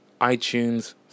iTunes